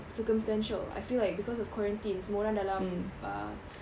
circumstantial I feel like because of quarantine semua orang dalam uh